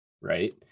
Right